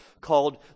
called